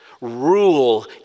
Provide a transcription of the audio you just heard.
rule